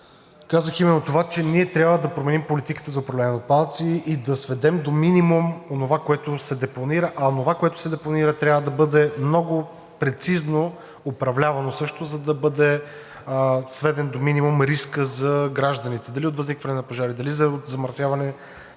казах именно това – че ние трябва да променим политиката за управление на отпадъците и да сведем до минимум онова, което се депонира, а онова, което се депонира, трябва да бъде много прецизно управлявано също, за да бъде сведен до минимум рискът за гражданите – дали от възникване на пожари, дали от замърсяване